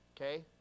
Okay